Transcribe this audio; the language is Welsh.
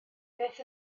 beth